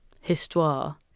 histoire